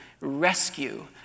rescue